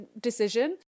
decision